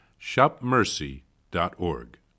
shopmercy.org